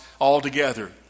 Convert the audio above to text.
altogether